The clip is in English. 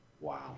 Wow